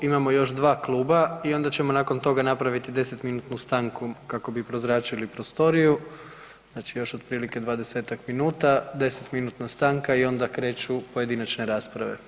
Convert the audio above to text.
Imamo još dva kluba i onda ćemo nakon toga napraviti 10-minutnu stanku kako bi prozračili prostoriju, znači još otprilike 20-tak minuta, 10-minutna stanka i onda kreću pojedinačne rasprave.